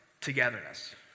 togetherness